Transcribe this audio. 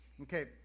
Okay